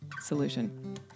solution